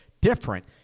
different